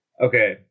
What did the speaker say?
Okay